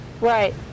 Right